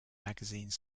magazine